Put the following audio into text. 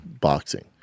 boxing